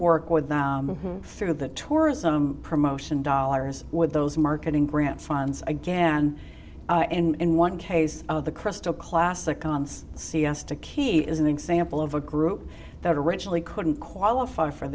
work with through the tourism promotion dollars with those marketing grants funds again in one case of the crystal classic on siesta key is an example of a group that originally couldn't qualify for